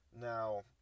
Now